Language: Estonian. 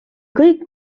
kõik